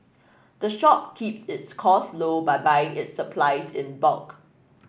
the shop keeps its costs low by buying its supplies in bulk